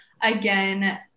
again